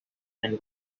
than